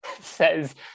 says